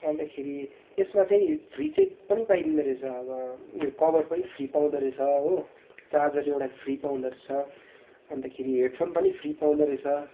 अन्तखेरि यसमा चाहिँ फ्री चाहिँ पनि पाइँदोरहेछ अब यो कभर पनि फ्री पाउँदोरहेछ हो चार्जर एउटा फ्री पाउँदोरहेछ अन्तखेरि हेडफोन पनि फ्री पाउँदोरहेछ